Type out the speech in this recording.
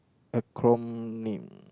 acronym